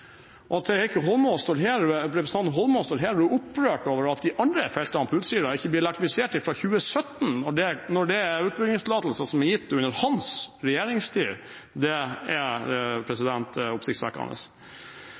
At representanten Eidsvoll Holmås står her og er opprørt over at de andre feltene på Utsira ikke blir elektrifisert fra 2017 når det er utbyggingstillatelser som er gitt under hans regjeringstid, det er oppsiktsvekkende.